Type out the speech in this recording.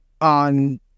on